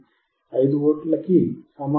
16 ఇది 5V కి సమానం కాదు